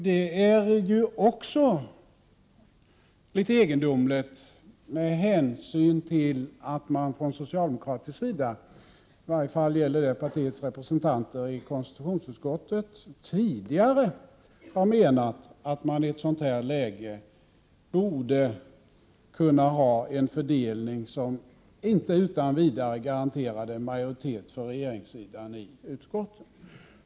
Detta är litet egendomligt med hänsyn till att man från socialdemokratisk sida — i varje fall gäller detta Prot. 1988/89:5 partiets representanter i konstitutionsutskottet — tidigare har ansett att mani 6 oktober 1988 ett sådant här läge borde kunna ha en fördelning som inte utan vidare garanterar en majoritet för regeringssidan i utskotten.